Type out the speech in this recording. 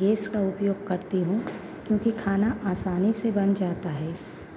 guess का उपयोग करती हूँ क्योंकि खाना आसानी से बन जाता है